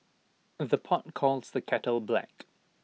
the pot calls the kettle black